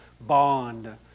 Bond